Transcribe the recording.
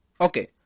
Okay